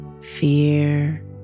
fear